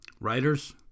Writers